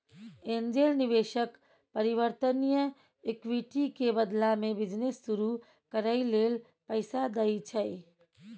angel निवेशक परिवर्तनीय equity के बदला में बिजनेस शुरू करइ लेल पैसा दइ छै